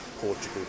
Portugal